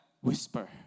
whisper